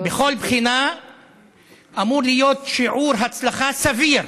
בכל בחינה אמור להיות שיעור הצלחה סביר,